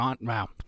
wow